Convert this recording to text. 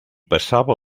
passava